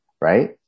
right